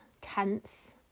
tense